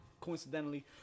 Coincidentally